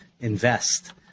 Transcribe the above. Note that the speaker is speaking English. invest